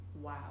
wow